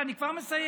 בסדר, אני כבר מסיים.